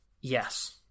Yes